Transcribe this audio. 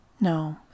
No